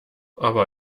aber